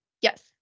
Yes